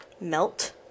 melt